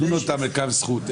נדון אותם לכף זכות.